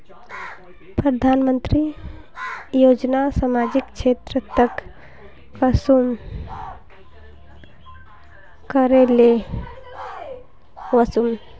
प्रधानमंत्री योजना सामाजिक क्षेत्र तक कुंसम करे ले वसुम?